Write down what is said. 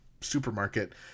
supermarket